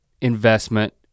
investment